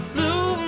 Blue